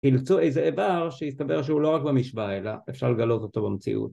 חילצו איזה עבר שהסתבר ‫שהוא לא רק במשוואה אלא... ‫אפשר לגלות אותו במציאות.